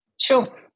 Sure